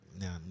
Now